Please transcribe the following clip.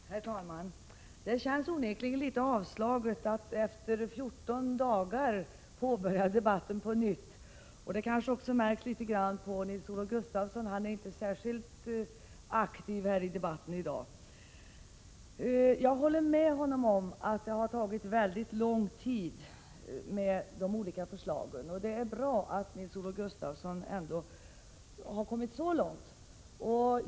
Herr talman! Det känns onekligen litet avslaget att efter 14 dagar påbörja debatten på nytt. Det kanske också märktes litet grand på Nils-Olof Gustafsson, eftersom han inte var särskilt aktiv i debatten här i dag. Jag håller med honom om att det har tagit mycket lång tid med de olika förslagen. Det är bra att Nils-Olof Gustafsson ändå har kommit så långt.